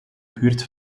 buurt